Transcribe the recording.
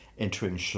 Entering